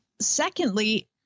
secondly